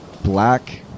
black